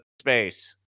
Space